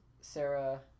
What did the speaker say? Sarah